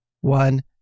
one